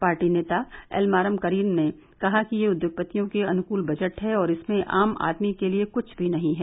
party नेता एलमारम करीम ने कहा कि यह उद्योगपतियों के अनुकूल बजट है और इसमें आम आदमी के लिए कुछ भी नहीं है